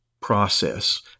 process